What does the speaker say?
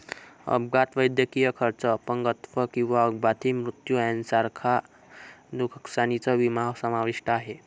अपघात, वैद्यकीय खर्च, अपंगत्व किंवा अपघाती मृत्यू यांसारख्या नुकसानीचा विमा समाविष्ट आहे